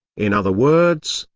in other words,